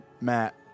Matt